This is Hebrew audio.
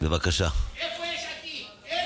איפה יש עתיד?